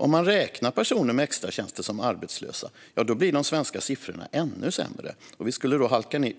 Om man räknar personer med extratjänster som arbetslösa blir de svenska siffrorna ännu sämre. Vi skulle då halka ned